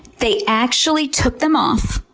they actually took them off,